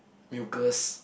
mucous